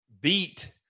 beat